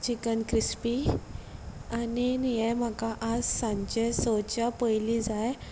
chicken crispy आनी हें म्हाका आज सांचे सच्या पयलीं जाय